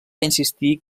insistir